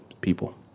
people